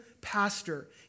pastor